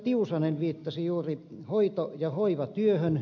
tiusanen viittasi juuri hoito ja hoivatyöhön